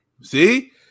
See